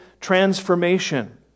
transformation